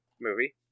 movie